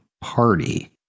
party